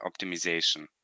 optimization